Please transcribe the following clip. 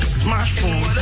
smartphone